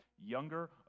Younger